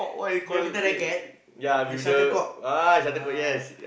badminton racket the shuttlecock ah